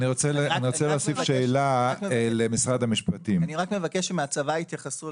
אני רוצה תשובה ממשרד המשפטים איך קרה